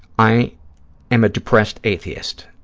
i am a depressed atheist,